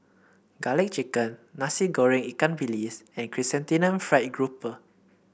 Garlic Chicken Nasi Goreng Ikan Bilis and Chrysanthemum Fried Grouper